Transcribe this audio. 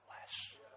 less